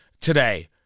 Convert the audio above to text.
today